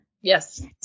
yes